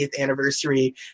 anniversary